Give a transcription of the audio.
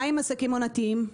ממה עם עסקים עונתיים?